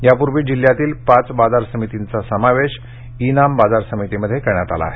या पूर्वी जिल्ह्यातील पाच बाजार समितीचा समावेश ई नाम बाजार समितीमध्ये आहे